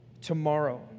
tomorrow